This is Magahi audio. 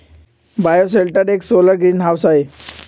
बायोशेल्टर एक सोलर ग्रीनहाउस हई